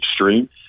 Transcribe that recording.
extreme